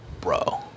bro